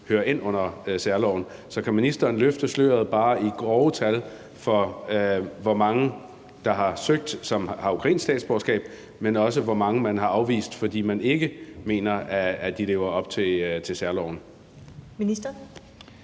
hører ind under særloven. Så kan ministeren løfte sløret – bare i grove tal – for, hvor mange der har søgt, som har ukrainsk statsborgerskab, men også for, hvor mange man har afvist, fordi man ikke mener, at de lever op til særloven?